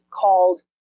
called